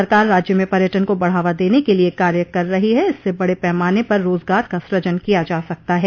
सरकार राज्य में पर्यटन को बढ़ावा देने के लिये कार्य कर रही है इससे बड़े पैमाने पर रोजगार का सूजन किया जा सकता है